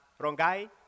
Rongai